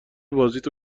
بازیتو